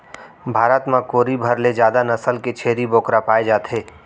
भारत म कोरी भर ले जादा नसल के छेरी बोकरा पाए जाथे